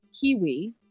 kiwi